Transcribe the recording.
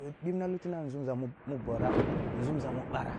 bibna lutuna nzumza mu bora nzumza mu bara,